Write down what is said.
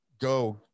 go